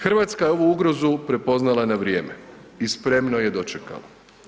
Hrvatska je ovu ugrozu prepoznala na vrijeme i spremno je dočekala.